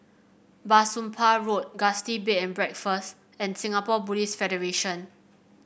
Bah Soon Pah Road Gusti Bed and Breakfast and Singapore Buddhist Federation